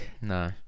No